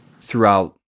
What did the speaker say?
throughout